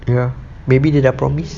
ya maybe dia dah promise